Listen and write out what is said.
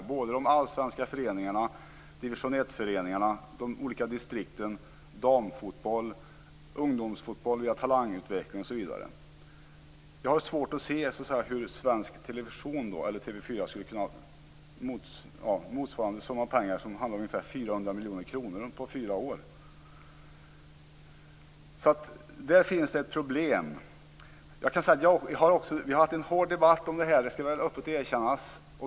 Det gällde de allsvenska föreningarna, division I-föreningarna, de olika distrikten, damfotboll, ungdomsfotboll, talangutveckling osv. Jag har svårt att se hur svensk television - dvs. TV 4 - skulle kunna betala motsvarande summa pengar, alltså 400 miljoner kronor under fyra år. Där finns det ett problem. Vi har haft en hård debatt om detta, det skall öppet erkännas.